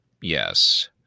Yes